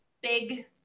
big